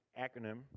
acronym